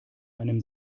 einem